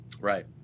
right